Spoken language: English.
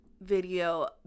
video